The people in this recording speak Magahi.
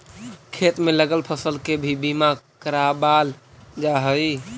खेत में लगल फसल के भी बीमा करावाल जा हई